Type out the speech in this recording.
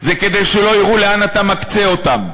זה כדי שלא יראו לאן אתה מקצה אותם.